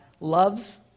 loves